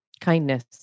Kindness